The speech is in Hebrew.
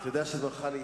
אתה יודע שזמנך נגמר.